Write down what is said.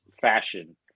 fashion